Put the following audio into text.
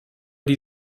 die